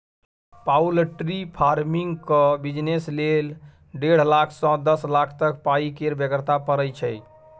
poultry फार्मिंगक business लेल डेढ़ लाख सँ दस लाख तक पाइ केर बेगरता परय छै